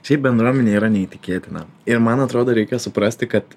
šiaip bendruomenė yra neįtikėtina ir man atrodo reikia suprasti kad